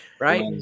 Right